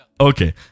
Okay